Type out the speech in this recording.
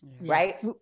right